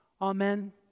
Amen